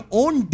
own